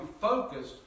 focused